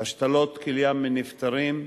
השתלות כליה מנפטרים,